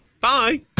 bye